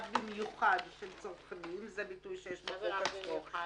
במיוחד של צרכנים," זה ביטוי שיש בחוק עצמו.